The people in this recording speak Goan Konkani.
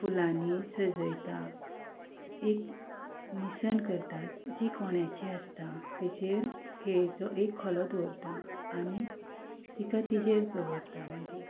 फुलांनी सजयता एक निसण करतात जी कोण्याची आसता तेचेर केळीचो एक खोलो दवरता आनी तिका तिचेर दवरता मागीर